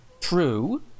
true